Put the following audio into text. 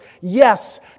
Yes